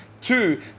two